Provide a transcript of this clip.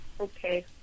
Okay